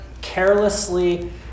carelessly